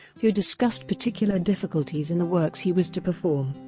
who discussed particular difficulties in the works he was to perform.